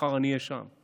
מחר אני אהיה שם,